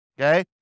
okay